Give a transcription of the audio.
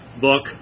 book